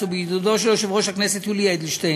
ובעידודו של יושב-ראש הכנסת יולי אדלשטיין,